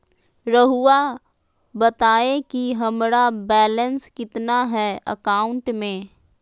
रहुआ बताएं कि हमारा बैलेंस कितना है अकाउंट में?